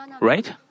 right